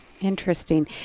Interesting